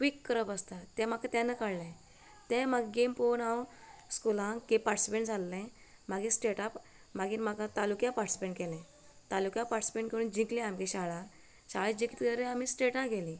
क्विक्क करप आसता तें म्हाका तेन्ना कळ्ळें तें म्हाका गॅम पळोवन हांव स्कुलांत एक पार्टिसीपेट जाल्ले मागीर स्टेटा मागीर म्हाका तालुक्या पार्टिसीपेट केलें तालुक्या पार्टिसीपेट करून जिंकले आमगे शाळा शाळा जिखतकीर आमी स्टेटा गेली